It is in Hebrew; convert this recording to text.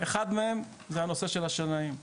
אחד מהם הוא הנושא של השנאים.